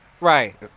Right